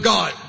God